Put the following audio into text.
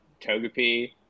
Togepi